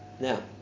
Now